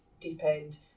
deep-end